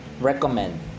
recommend